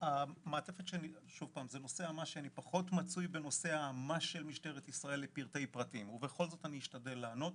אני פחות מצוי בנושא הזה לפרטי פרטים ואני אשתדל לענות.